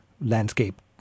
landscape